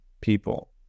people